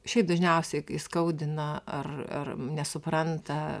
šiaip dažniausiai įskaudina ar ar nesupranta